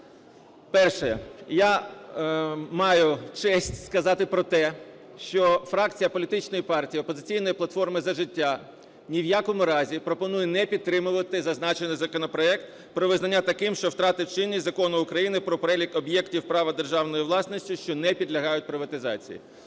Перше. Я маю честь сказати про те, що фракція політичної партії "Опозиційна платформа – За життя" ні в якому разі пропонує не підтримувати зазначений законопроект про визнання таким, що втратив чинність, Закону України "Про перелік об'єктів права державної власності, що не підлягають приватизації".